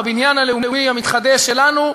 בבניין הלאומי המתחדש שלנו,